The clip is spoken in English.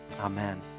Amen